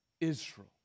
Israel